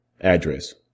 Address